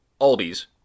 Albies